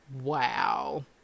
Wow